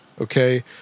Okay